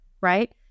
right